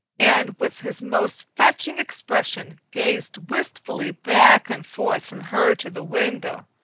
and with his most fetching expression gazed wistfully back and forth from her to the window.